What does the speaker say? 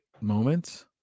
moments